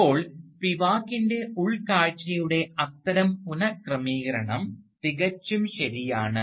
ഇപ്പോൾ സ്പിവാക്കിൻറെ ഉൾക്കാഴ്ചയുടെ അത്തരം പുനക്രമീകരണം തികച്ചും ശരിയാണ്